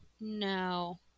no